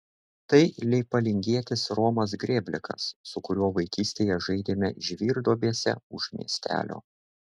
tai leipalingietis romas grėblikas su kuriuo vaikystėje žaidėme žvyrduobėse už miestelio